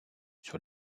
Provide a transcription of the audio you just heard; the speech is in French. sur